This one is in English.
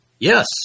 Yes